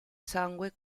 sangue